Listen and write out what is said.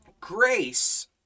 Grace